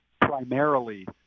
primarily